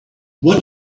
what